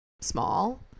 small